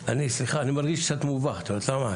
סליחה, אני מרגיש קצת מובך, את יודעת למה?